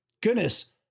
goodness